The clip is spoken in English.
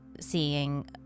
seeing